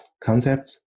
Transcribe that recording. concepts